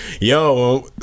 yo